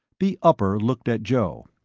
the upper looked at joe.